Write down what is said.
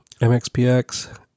MXPX